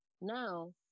Now